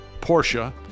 Porsche